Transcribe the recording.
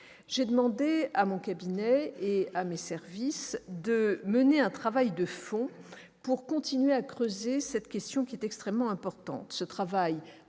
J'ai demandé à mon cabinet et à mes services de mener un travail de fond pour continuer à creuser cette question extrêmement importante. Ce travail